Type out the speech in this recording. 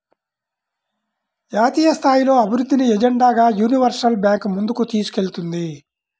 జాతీయస్థాయిలో అభివృద్ధిని ఎజెండాగా యూనివర్సల్ బ్యాంకు ముందుకు తీసుకెళ్తుంది